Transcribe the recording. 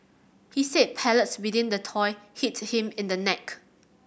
he said pellets within the toy hit him in the neck